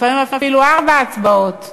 לפעמים אפילו ארבע הצבעות,